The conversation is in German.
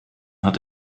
hat